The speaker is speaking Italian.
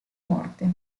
morte